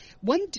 One